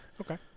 Okay